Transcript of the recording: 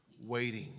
waiting